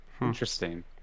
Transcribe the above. Interesting